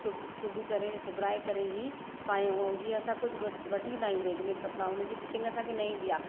सिबी सिबी करे सिबराए करे ई पायूं ऐं जीअं असां कुझु वठी ईंदा आहियूं रेडीमेड कपिड़ा उन जी फिटींग असांखे न ईंदी आहे